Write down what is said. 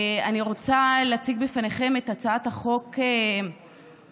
אני רוצה להציג בפניכם את הצעת חוק העונשין.